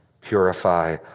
purify